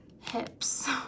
Hips